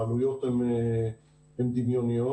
העלויות הן דמיוניות.